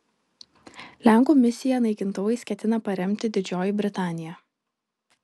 lenkų misiją naikintuvais ketina paremti didžioji britanija